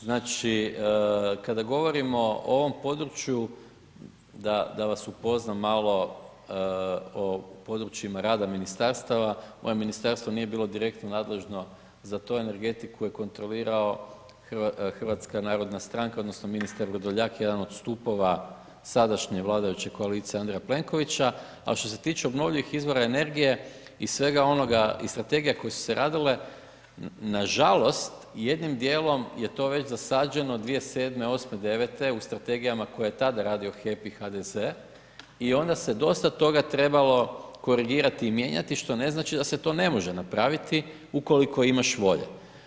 Znači, kada govorimo o ovom području, da vas upoznam malo o područjima rada ministarstava, moje ministarstvo nije bilo direktno nadležno za to, energetiku je kontrolirao HNS, odnosno ministar Vrdoljak, jedan od stupova sadašnje vladajuće koalicije Andreja Plenkovića, ali što se tiče obnovljivih izvora energije i svega onoga, iz strategija koje su se radile, nažalost, jednim dijelom je to već zasađeno 2007., 2008., 2009. u strategijama koje je tada radio HEP i HDZ i onda se dosta toga trebalo korigirati i mijenjati, što ne znači da se to ne može napraviti ukoliko imaš volje.